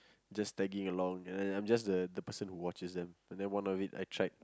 just tagging along and then I'm just the the person who watches them and one of it I tried